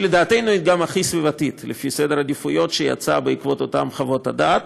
שלדעתנו היא גם הכי סביבתית לפי סדר העדיפויות שיצא בעקבות חוות דעת.